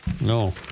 No